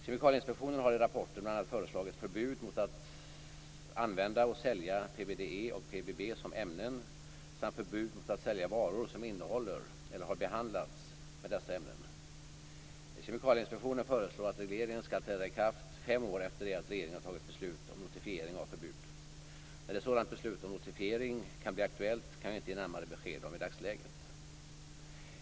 Kemikalieinspektionen har i rapporten bl.a. föreslagit förbud mot att använda och sälja PBDE och PBB som ämnen, samt förbud mot att sälja varor som innehåller eller har behandlats med dessa ämnen. Kemikalieinspektionen föreslår att regleringen skall träda i kraft fem år efter det att regeringen har fattat beslut om notifiering av förbud. När ett sådant beslut om notifiering kan bli aktuellt kan jag inte ge närmare besked om i dagsläget.